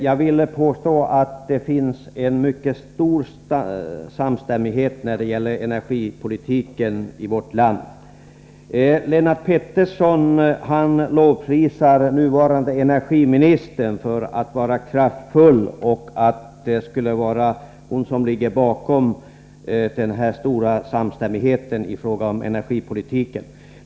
Jag vill påstå att det finns en mycket stor samstämmighet när det gäller energipolitiken i vårt land. Lennart Pettersson lovprisar den nuvarande energiministern för att vara kraftfull och menar att det skulle vara hon som ligger bakom den här stora samstämmigheten i fråga om energipolitiken.